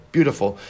Beautiful